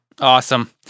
Awesome